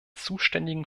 zuständigen